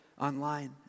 online